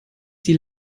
die